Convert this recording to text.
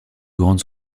grandes